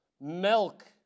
milk